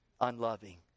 unloving